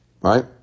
right